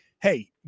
hey